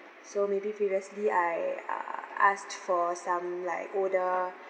so maybe previously I uh asked for some like older